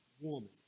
woman